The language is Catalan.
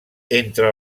entre